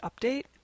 update